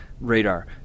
radar